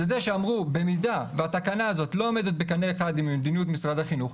אמרו שאם התקנה הזאת לא עולה בקנה אחד עם מדיניות משרד החינוך,